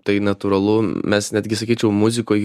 tai natūralu mes netgi sakyčiau muzikoj